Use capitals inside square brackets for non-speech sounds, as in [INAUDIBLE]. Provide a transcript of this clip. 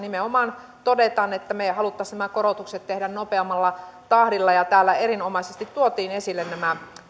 [UNINTELLIGIBLE] nimenomaan todetaan että me haluaisimme nämä korotukset tehdä nopeammalla tahdilla ja täällä erinomaisesti tuotiin esille